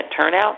turnout